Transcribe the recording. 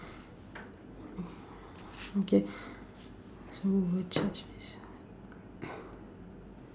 okay